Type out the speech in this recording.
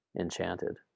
enchanted